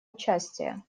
участия